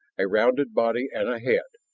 a rounded body, and a head.